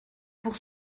pour